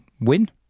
win